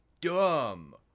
dumb